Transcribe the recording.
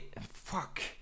fuck